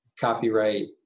copyright